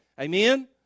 Amen